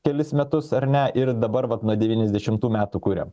kelis metus ar ne ir dabar vat nuo devyniasdešimtų metų kuriam